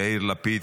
יאיר לפיד,